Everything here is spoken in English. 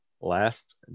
Last